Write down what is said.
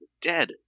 dead